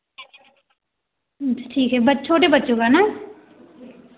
अच्छा ठीक ब छोटे बच्चों का ना